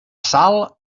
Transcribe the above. sal